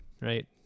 right